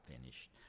finished